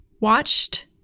Watched